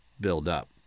buildup